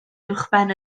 uwchben